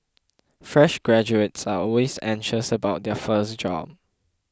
fresh graduates are always anxious about their first job